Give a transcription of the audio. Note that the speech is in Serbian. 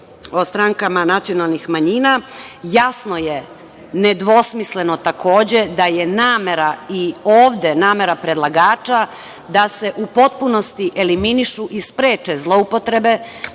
o strankama nacionalnih manjina? Jasno je, nedvosmisleno takođe da je i ovde namera predlagača da se u potpunosti eliminišu i spreče zloupotrebe,